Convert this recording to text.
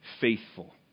faithful